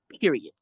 Period